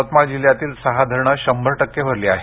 यवतमाळ जिल्ह्यातील सहा धरणं शंभर टक्के भरली आहेत